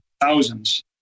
thousands